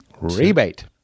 rebate